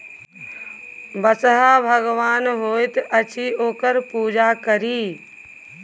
बसहा भगवान होइत अछि ओकर पूजा करी